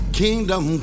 kingdom